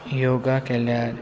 योगा केल्यार